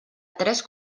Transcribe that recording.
tres